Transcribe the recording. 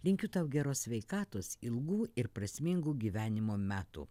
linkiu tau geros sveikatos ilgų ir prasmingų gyvenimo metų